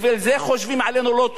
בגלל זה חושבים עלינו לא טוב,